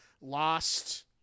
Lost